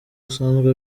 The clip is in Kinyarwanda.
asanzwe